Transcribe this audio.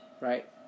Right